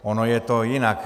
Ono je to jinak.